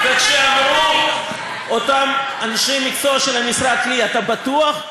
וכשאמרו לי אותם אנשי המקצוע של המשרד: אתה בטוח?